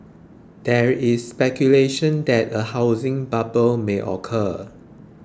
there is speculation that a housing bubble may occur